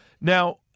Now